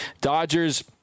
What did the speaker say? Dodgers